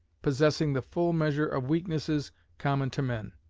possessing the full measure of weaknesses common to men.